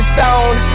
Stone